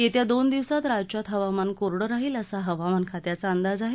येत्या दोन दिवसात राज्यात हवामान कोरडं राहिल असा हवामान खात्याचा अंदाज आहे